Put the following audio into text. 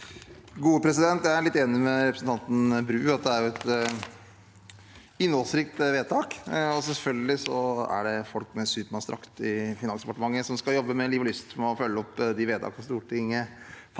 Jeg er litt enig med representanten Bru i at det er et innholdsrikt vedtak, og selvfølgelig er det folk med supermanndrakt i Finansdepartementet som skal jobbe med liv og lyst for å følge opp de vedtakene Stortinget fatter.